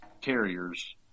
carriers